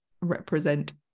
represent